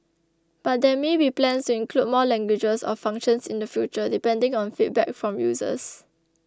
but there may be plans to include more languages or functions in the future depending on feedback from users